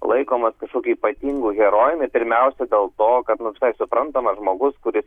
laikomas kažkokiu ypatingu herojumi pirmiausia dėl to kad nu visai suprantama žmogus kuris